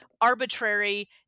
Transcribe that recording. arbitrary